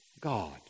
God